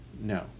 no